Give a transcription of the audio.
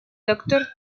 doctor